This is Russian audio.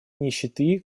нищеты